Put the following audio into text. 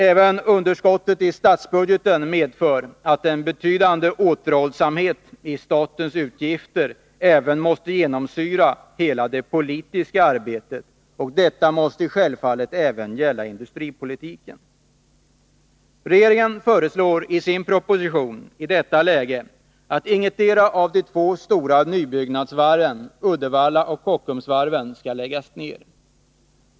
Även underskottet i statsbudgeten medför att en betydande återhållsamheti statens utgifter även måste genomsyra hela det politiska arbetet, och det måste självfallet även gälla industripolitiken. Regeringen föreslår i sin proposition i detta läge att ingetdera av de stora nybyggnadsvarven, Uddevalla och Kockums, skall läggas ned.